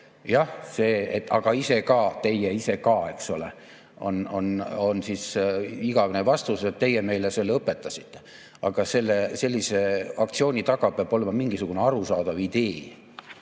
Jah, see "aga teie ise ka" – eks ole, on igavene vastus. Teie meile selle õpetasite. Ent sellise aktsiooni taga peab olema mingisugune arusaadav idee.